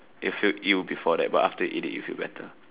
you feel ill before that but after you eat it you feel better